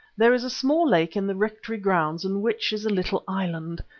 there is a small lake in the rectory grounds in which is a little island.